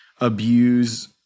abuse